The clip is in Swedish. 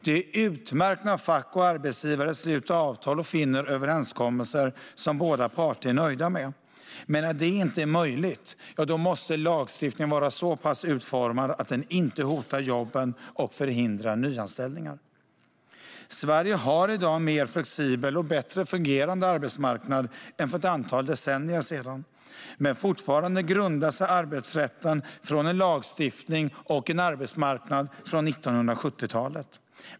Det är utmärkt när fack och arbetsgivare sluter avtal och finner överenskommelser som båda parter är nöjda med, men när det inte är möjligt måste lagstiftningen vara utformad så att den inte hotar jobben och förhindrar nyanställningar. Sverige har i dag en mer flexibel och bättre fungerande arbetsmarknad än för ett antal decennier sedan. Men fortfarande grundar sig arbetsrätten på en lagstiftning och en arbetsmarknad från 1970-talet.